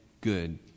good